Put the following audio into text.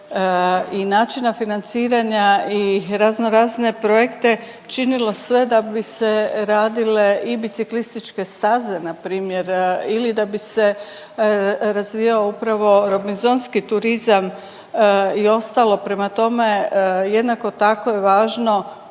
i načina financiranja i razno razne projekte činilo sve da bi se radile i biciklističke staze npr. ili da bi se razvijao upravo robinzonski turizam i ostalo. Prema tome, jednako tako je važno